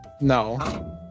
No